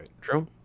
True